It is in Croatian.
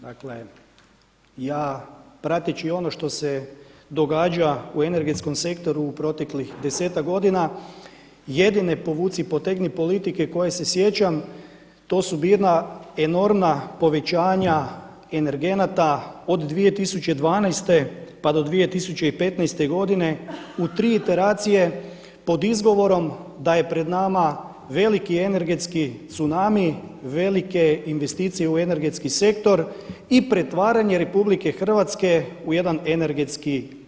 Dakle, ja prateći ono što se događa u energetskom sektoru u proteklih desetak godina jedine povuci-potegni politike koje se sjećam to su bila enormna povećanja energenata od 2012. pa do 2015. godine u tri iteracije pod izgovorom da je pred nama veliki energetski zunami, velike investicije u energetski sektor i pretvaranje RH u jedan energetski